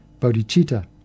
bodhicitta